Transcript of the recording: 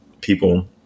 people